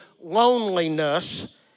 loneliness